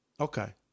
Okay